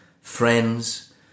friends